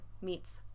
meets